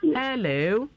hello